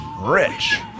Rich